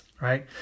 right